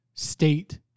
State